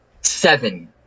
seven